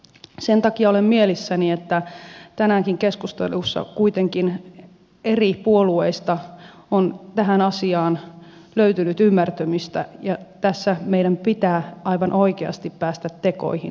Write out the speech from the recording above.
sen takia olen mielissäni että tänäänkin keskustelussa kuitenkin eri puolueista on tähän asiaan löytynyt ymmärtämystä ja tässä meidän pitää aivan oikeasti päästä tekoihin